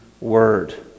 word